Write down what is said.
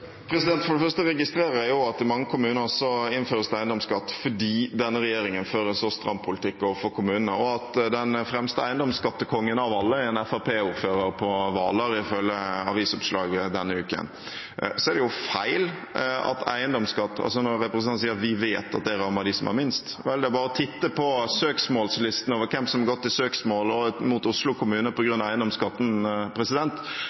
For det første registrerer jeg at det i mange kommuner innføres eiendomsskatt fordi denne regjeringen fører en så stram politikk overfor kommunene, og at den fremste eiendomsskattekongen av alle er en Fremskrittsparti-ordfører på Hvaler, ifølge avisoppslag denne uken. Representanten sier at vi vet at eiendomsskatt rammer dem som har minst – det er feil. Det er bare å titte på søksmålslisten over hvem som går til søksmål mot Oslo kommune på